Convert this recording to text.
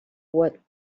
what